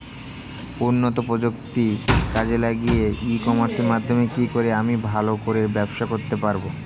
উন্নত প্রযুক্তি কাজে লাগিয়ে ই কমার্সের মাধ্যমে কি করে আমি ভালো করে ব্যবসা করতে পারব?